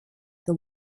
the